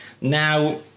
Now